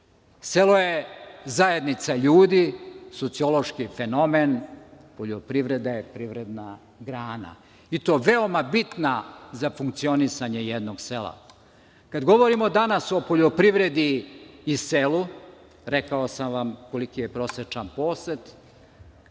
Selo je zajednica ljudi, sociološki fenomen. Poljoprivreda je privredna grana, i to veoma bitna za funkcionisanje jednog sela. Kada govorimo danas o poljoprivredi i selu, rekao sam vam koliki je prosečan posed,